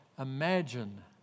Imagine